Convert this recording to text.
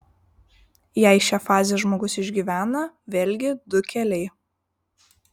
jei šią fazę žmogus išgyvena vėlgi du keliai